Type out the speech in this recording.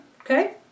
okay